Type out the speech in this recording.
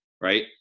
right